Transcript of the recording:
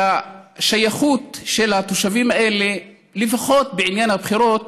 שהשייכות של התושבים האלה, לפחות בעניין הבחירות,